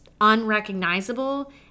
unrecognizable